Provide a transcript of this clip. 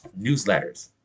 newsletters